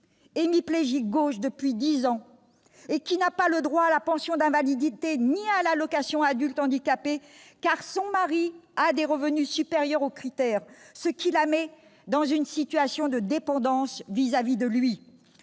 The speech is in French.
Hémiplégique gauche depuis dix ans, elle n'a le droit ni à la pension d'invalidité ni à l'allocation aux adultes handicapés, car son mari a des revenus supérieurs aux critères, ce qui la met dans une situation de dépendance vis-à-vis de lui.